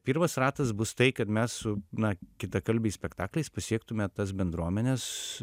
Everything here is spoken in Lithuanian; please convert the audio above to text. pirmas ratas bus tai kad mes su na kitakalbiais spektakliais pasiektume tas bendruomenes